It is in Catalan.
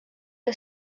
que